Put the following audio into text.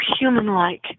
human-like